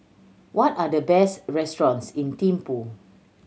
what are the best restaurants in Thimphu